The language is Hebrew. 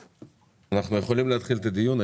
אנחנו יכולים להתחיל את הדיון.